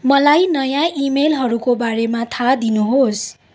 मलाई नयाँ इमेलहरूको बारेमा थाह दिनुहोस्